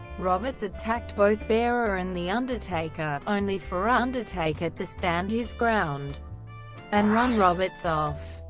roberts attacked both bearer and the undertaker, only for undertaker to stand his ground and run roberts off.